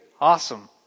Awesome